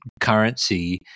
currency